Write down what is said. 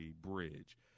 bridge